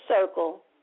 circle